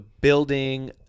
building